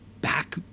back